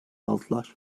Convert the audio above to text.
aldılar